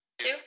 Two